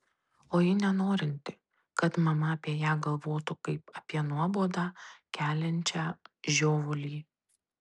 o ji nenorinti kad mama apie ją galvotų kaip apie nuobodą keliančią žiovulį